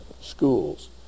schools